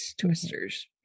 twisters